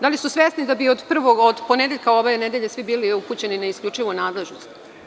Da li su svesni da od ponedeljka ove nedelje svi bili upućeni na isključivu nadležnost?